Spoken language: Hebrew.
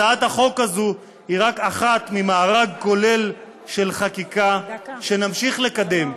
הצעת החוק הזאת היא רק אחת ממארג כולל של חקיקה שנמשיך לקדם,